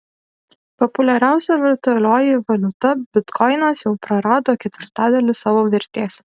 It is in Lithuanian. populiariausia virtualioji valiuta bitkoinas jau prarado ketvirtadalį savo vertės